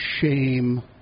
shame